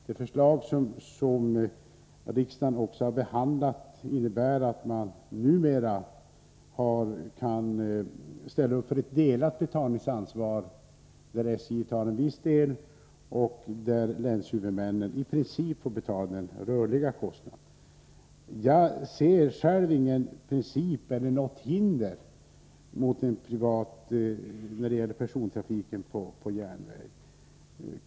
Det förslag som riksdagen har behandlat innebär att SJ och länshuvudmännen numera får dela på betalningsansvaret. SJ har en viss del av ansvaret, och länshuvudmännen står, i princip, för den rörliga kostnaden. Personligen anser jag inte att det föreligger några principiella hinder när det gäller persontrafiken på järnväg.